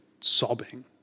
sobbing